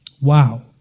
Wow